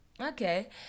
Okay